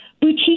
Boutique